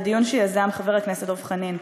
בדיון שיזם חבר הכנסת דב חנין.